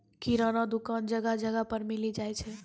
किराना दुकान जगह जगह पर मिली जाय छै